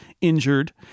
injured